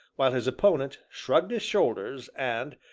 while his opponent shrugged his shoulders, and,